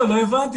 אלהרר,